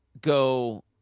go